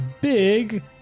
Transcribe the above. big